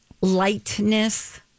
lightness